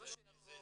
למה שהוא יבוא?